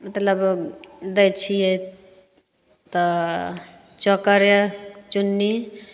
मतलब दै छियै तऽ चोकरे चुन्नी